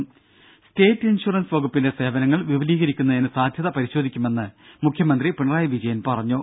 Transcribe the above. രുര state insurance വകുപ്പിന്റെ സേവനങ്ങൾ വിപുലീകരിക്കുന്നതിന് സാധ്യത പരിശോധിക്കുമെന്ന് മുഖ്യമന്ത്രി പിണറായി വിജയൻ പറഞ്ഞു